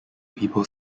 people